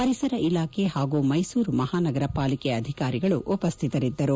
ಪರಿಸರ ಇಲಾಖೆ ಹಾಗೂ ಮೈಸೂರು ಮಹಾನಗರ ಪಾಲಿಕೆ ಅಧಿಕಾರಿಗಳು ಉಪಸ್ಥಿತರಿದ್ದರು